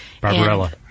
Barbarella